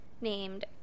named